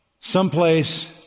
someplace